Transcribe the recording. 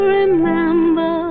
remember